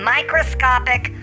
Microscopic